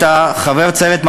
הרי מי שרוצה, יכול.